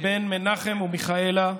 בן מנחם ומיכאלה,